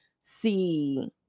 see